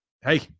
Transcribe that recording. hey